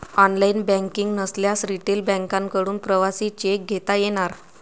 online banking नसल्यास retail बँकांकडून प्रवासी चेक घेता येणार